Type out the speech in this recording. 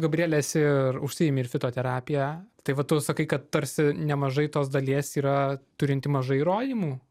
gabriele esi ir užsiimi ir fitoterapija tai va tu sakai kad tarsi nemažai tos dalies yra turinti mažai įrodymų